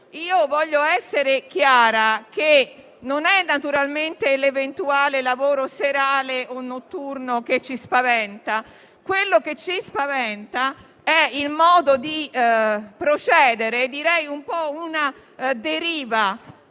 voglio essere chiara: non è naturalmente l'eventuale lavoro serale o notturno che ci spaventa. Quello che ci spaventa è il modo di procedere, che si potrebbe